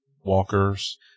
walkers